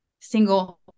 single